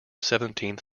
seventeenth